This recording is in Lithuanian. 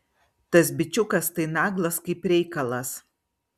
tas bičiukas tai naglas kaip reikalas